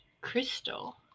crystal